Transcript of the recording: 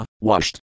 Washed